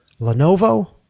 Lenovo